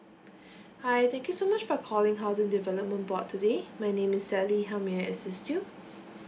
hi thank you so much for calling housing development board today my name is sally how may I assist you